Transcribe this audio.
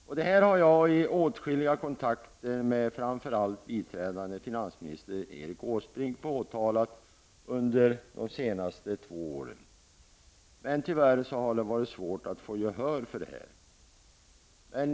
Detta har jag påtalat i åtskilliga kontakter under de senaste två åren med framför allt biträdande finansminister Erik Åsbrink. Men det har tyvärr varit svårt att få gehör för detta.